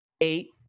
eight